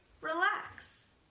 relax